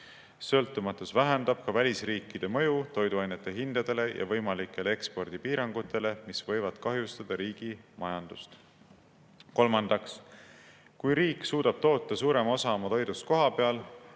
Sõltumatus vähendab ka välisriikide mõju toiduainete hindadele ja võimalikele eksportpiirangutele, mis võivad kahjustada riigi majandust. Kolmandaks, kui riik suudab toota suurema osa oma toidust kohapeal